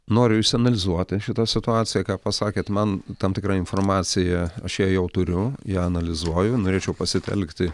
noriu išanalizuoti šitą situaciją ką pasakėt man tam tikra informacija aš ją jau turiu ją analizuoju norėčiau pasitelkti